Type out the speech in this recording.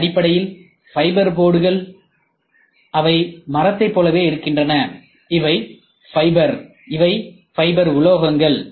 இவை அடிப்படையில் ஃபைபர் போர்டுகள் அவை மரத்தைப் போலவே இருக்கின்றன இவை ஃபைபர் இவை ஃபைபர் உலோகங்கள்